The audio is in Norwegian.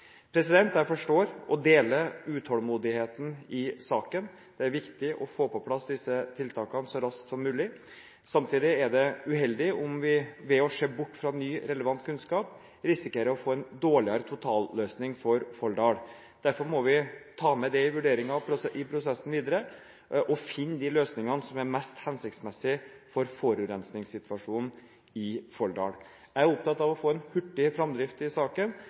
Jeg forstår – og deler – utålmodigheten i saken. Det er viktig å få på plass disse tiltakene så raskt som mulig. Samtidig er det uheldig om vi ved å se bort fra ny, relevant kunnskap risikerer å få en dårligere totalløsning for Folldal. Derfor må vi ta med dette i vurderingen av prosessen videre og finne de løsningene som er mest hensiktsmessige for forurensningssituasjonen i Folldal. Jeg er opptatt av å få en hurtig framdrift i saken,